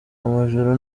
amajoro